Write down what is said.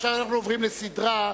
הודעה למזכיר הכנסת.